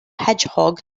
hedgehog